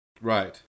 Right